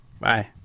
bye